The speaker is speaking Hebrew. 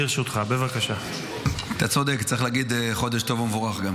אתה צודק, צריך גם להגיד חודש טוב ומבורך.